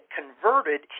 converted